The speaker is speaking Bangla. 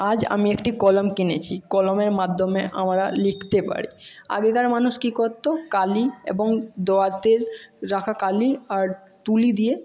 আজ আমি একটি কলম কিনেছি কলমের মাধ্যমে আমরা লিখতে পারি আগেকার মানুষ কি করতো কালি এবং দোয়াতে রাখা কালি আর তুলি দিয়ে